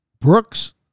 Brooks